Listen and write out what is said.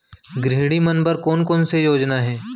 गृहिणी मन बर कोन कोन से योजना हे?